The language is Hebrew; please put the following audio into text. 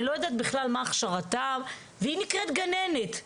לא יודעת בכלל מה הכשרתה והיא נקראת גננת.